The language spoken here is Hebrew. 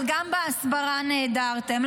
אבל גם בהסברה נעדרתם.